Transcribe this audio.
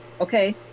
Okay